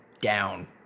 down